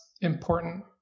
important